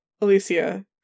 Alicia